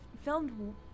filmed